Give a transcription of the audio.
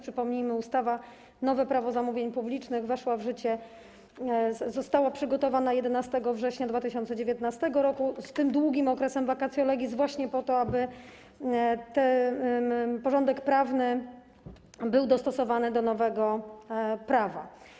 Przypomnijmy, że nowe Prawo zamówień publicznych weszło w życie, zostało przygotowane 11 września 2019 r. z tym długim okresem vacatio legis właśnie po to, aby ten porządek prawny był dostosowany do nowego prawa.